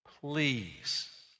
please